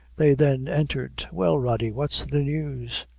they then entered. well, rody, what's the news?